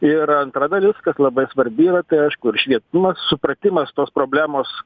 ir antra dalis kas labai svarbi yra tai aišku ir švietimas supratimas tos problemos